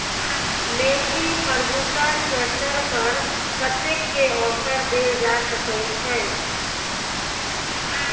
Massey Ferguson tractor पर कतेक के ऑफर देल जा सकै छै?